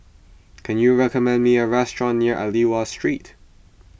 can you recommend me a restaurant near Aliwal Street